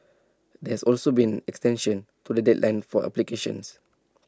there has also been extension to the deadline for applications